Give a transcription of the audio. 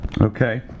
Okay